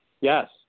Yes